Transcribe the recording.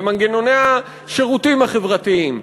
במנגנוני השירותים החברתיים,